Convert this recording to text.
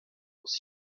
aus